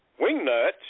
wingnuts